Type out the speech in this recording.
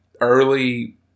early